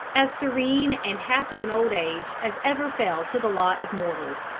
as serene and happy an old age as ever fell to the lot of mortals.